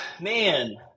man